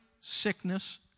sickness